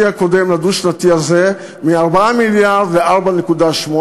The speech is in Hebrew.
הקודם לדו-שנתי הזה מ-4 מיליארד ל-4.8,